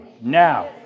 now